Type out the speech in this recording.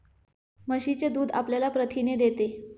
म्हशीचे दूध आपल्याला प्रथिने देते